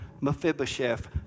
Mephibosheth